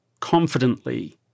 confidently